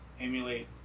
emulate